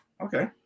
Okay